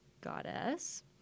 goddess